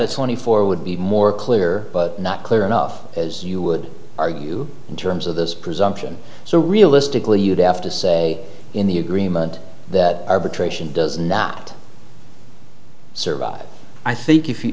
only for would be more clear but not clear enough as you would argue in terms of this presumption so realistically you'd have to say in the agreement that arbitration does not survive i think if you